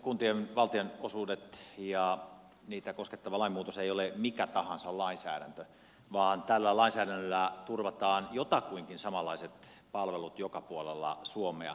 kuntien valtionosuudet ja niitä koskettava lainmuutos ei ole mikä tahansa lainsäädäntö vaan tällä lainsäädännöllä turvataan jotakuinkin samanlaiset palvelut joka puolella suomea